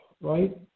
right